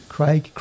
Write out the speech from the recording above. Craig